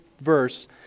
verse